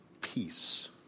Peace